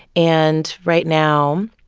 and right now,